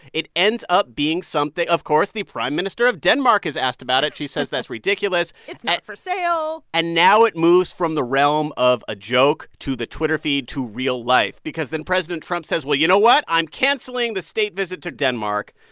it ends up being something of course, the prime minister of denmark is asked about it. she says that's ridiculous it's not for sale and now it moves from the realm of a joke to the twitter feed to real life because then president trump says, well, you know what? i'm canceling the state visit to denmark.